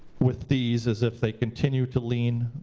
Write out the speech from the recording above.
with these is if they continue to lean,